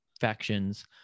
factions